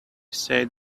said